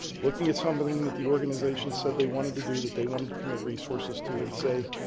looking at something that the organization said they wanted to do that they wanted to commit resources to and say,